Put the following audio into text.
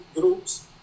groups